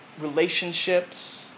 relationships